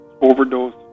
overdose